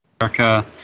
America